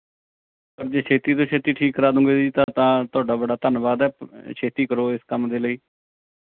ਜੇ ਛੇਤੀ ਤੋਂ ਛੇਤੀ ਠੀਕ ਕਰਵਾ ਦੂੰਗੇ ਜੀ ਤਾਂ ਤਾਂ ਤੁਹਾਡਾ ਬੜਾ ਧੰਨਵਾਦ ਹੈ ਛੇਤੀ ਕਰੋ ਇਸ ਕੰਮ ਦੇ ਲਈ